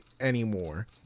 anymore